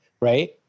right